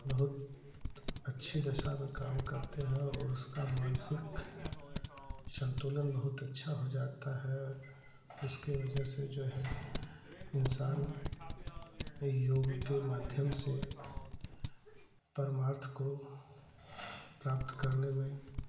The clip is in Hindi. बहुत अच्छी दशा में काम करते हैं और उसका मानसिक संतुलन बहुत अच्छा हो जाता है उसकी वजह से जो है इंसान योग के माध्यम से परमार्थ को प्राप्त करने मे